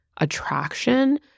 attraction